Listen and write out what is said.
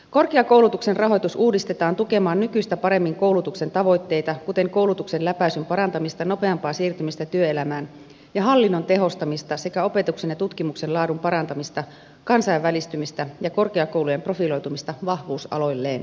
uudistetaan korkeakoulutuksen rahoitus tukemaan nykyistä paremmin koulutuksen tavoitteita kuten koulutuksen läpäisyn parantamista nopeampaa siirtymistä työelämään ja hallinnon tehostamista sekä opetuksen ja tutkimuksen laadun parantamista kansainvälistymistä ja korkeakoulujen profiloitumista vahvuusaloilleen